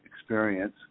experience